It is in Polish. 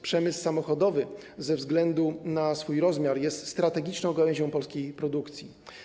Przemysł samochodowy ze względu na swój rozmiar jest strategiczną gałęzią polskiej produkcji.